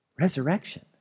resurrection